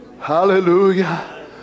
Hallelujah